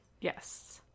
Yes